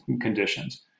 conditions